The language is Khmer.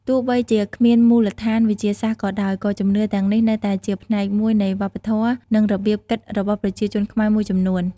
ទោះបីជាគ្មានមូលដ្ឋានវិទ្យាសាស្ត្រក៏ដោយ ក៏ជំនឿទាំងនេះនៅតែជាផ្នែកមួយនៃវប្បធម៌ និងរបៀបគិតរបស់ប្រជាជនខ្មែរមួយចំនួន។